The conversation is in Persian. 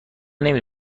نمی